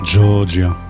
Georgia